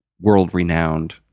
world-renowned